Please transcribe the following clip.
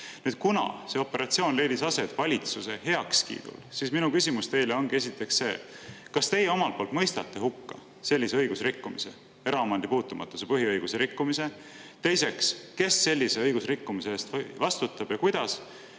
Kuna see operatsioon leidis aset valitsuse heakskiidul, siis minu küsimus teile ongi, esiteks, see: kas teie omalt poolt mõistate hukka sellise õigusrikkumise, eraomandi puutumatuse põhiõiguse rikkumise? Teiseks, kes sellise õigusrikkumise eest vastutab ja kuidas?